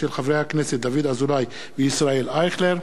של חברי הכנסת דוד אזולאי וישראל אייכלר,